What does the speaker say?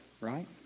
right